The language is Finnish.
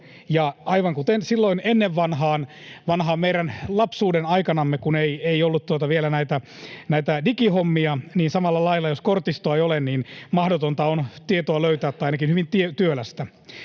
aivan kuten silloin ennen vanhaan, meidän lapsuuden aikanamme, kun ei ollut vielä näitä digihommia, samalla lailla, jos kortistoa ei ole, on mahdotonta löytää tietoa, tai ainakin hyvin